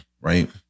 right